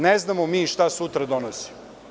Ne znamo mi šta sutra donosi.